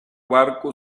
barco